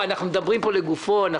מדברים פה לגופו של עניין,